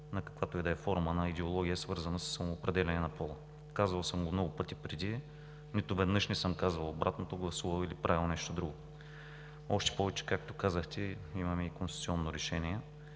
на каквато и да е форма на идеология, свързана със самоопределяне на пола. Казвал съм го много пъти преди, нито веднъж не съм казал обратното, гласувал или правил нещо друго. Още повече, както казахте, имаме и конституционно решение.